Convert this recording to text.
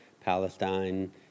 Palestine